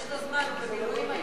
יש לו זמן, הוא במילואים היום.